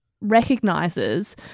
recognizes